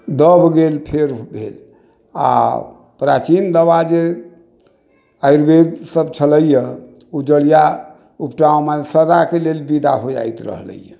दऽब गेल फेर भेल आओर प्राचीन दवा जे आयुर्वेद सब छलैय उ जरिया उपटाउमन सदाके लेल विदा हो जाइत रहलैय